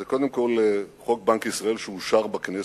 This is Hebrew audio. זה קודם כול חוק בנק ישראל, שאושר בכנסת,